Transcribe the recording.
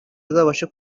bazabashe